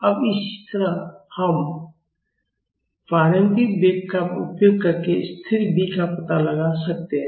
अब इसी तरह हम प्रारंभिक वेग का उपयोग करके स्थिर B का पता लगा सकते हैं